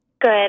Good